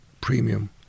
premium